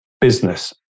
business